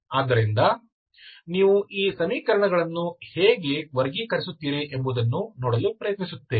ಆದ್ದರಿಂದ ನೀವು ಈ ಸಮೀಕರಣಗಳನ್ನು ಹೇಗೆ ವರ್ಗೀಕರಿಸುತ್ತೀರಿ ಎಂಬುದನ್ನು ನೋಡಲು ಪ್ರಯತ್ನಿಸುತ್ತೇವೆ